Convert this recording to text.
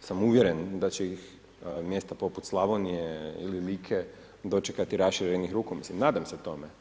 samouvjeren da će ih mjesta poput Slavonije ili Like dočekati raširenih ruku, mislim nadam se tome.